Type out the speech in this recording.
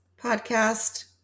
podcast